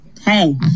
hey